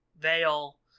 Veil